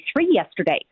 yesterday